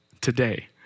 today